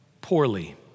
poorly